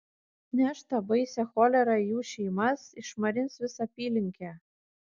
neš tą baisią cholerą į jų šeimas išmarins visą apylinkę